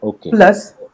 Plus